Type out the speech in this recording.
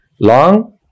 long